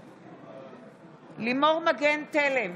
בעד לימור מגן תלם,